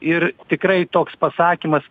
ir tikrai toks pasakymas